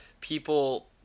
people